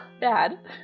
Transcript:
bad